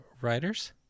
writers